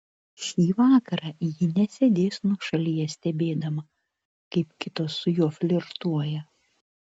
šį vakarą ji nesėdės nuošalyje stebėdama kaip kitos su juo flirtuoja